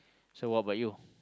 so what about you